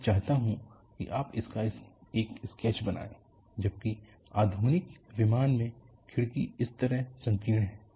मैं चाहता हूं कि आप इसका एक स्केच बनाएं जबकि आधुनिक विमान मे खिड़की इस तरह संकीर्ण है